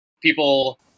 people